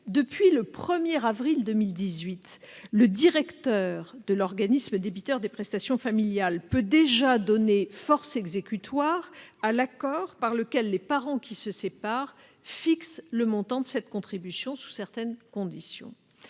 depuis le 1 avril 2018, le directeur de l'organisme débiteur des prestations familiales peut déjà donner force exécutoire à l'accord par lequel les parents qui se séparent fixent le montant de cette contribution, sous certaines conditions.